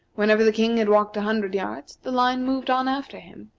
whenever the king had walked a hundred yards the line moved on after him,